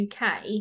UK